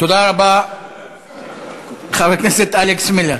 חבר הכנסת אלכס מילר.